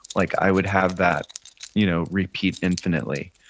like i would have that you know repeat infinitely,